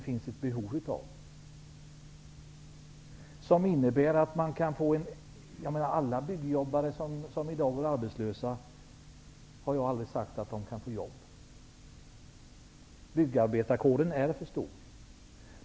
Jag har inte sagt att alla byggjobbare som i dag går arbetslösa kan få jobb. Byggarbetarkåren är för stor.